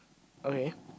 okay